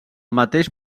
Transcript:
mateix